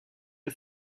les